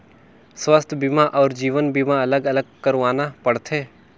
स्वास्थ बीमा अउ जीवन बीमा अलग अलग करवाना पड़थे?